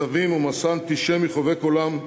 כזבים ומסע אנטישמי חובק עולם,